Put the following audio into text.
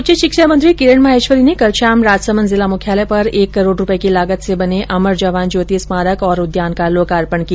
उच्च शिक्षा मंत्री किरण माहेश्वरी ने कल शाम राजसमन्द जिला मुख्यालय पर एक करोड रूपये की लागत से बने अमर जवान ज्योति स्मारक और उद्यान का लोकार्पण किया